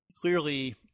Clearly